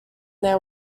their